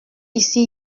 ici